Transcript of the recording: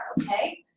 Okay